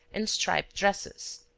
and striped dresses.